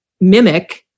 mimic